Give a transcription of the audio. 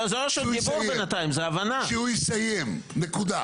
כשיסיים, נקודה.